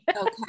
okay